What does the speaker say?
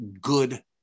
good